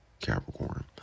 Capricorn